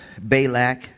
Balak